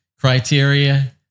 criteria